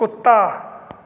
ਕੁੱਤਾ